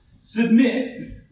Submit